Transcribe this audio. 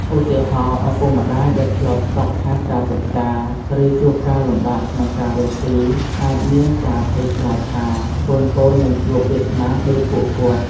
ឧទាហរណ៍ ឪពុកម្ដាយដែលធ្លាប់ខ្វះខាតការសិក្សា ឬជួបការលំបាកក្នុងការរកស៊ី អាចមានការភ័យខ្លាចថា កូនៗនឹងជួបវាសនាដូចពួកគាត់។